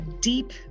deep